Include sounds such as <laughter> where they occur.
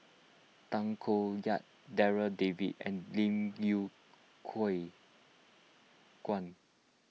Tay Koh Yat Darryl David and Lim Yew <unintelligible> Kuan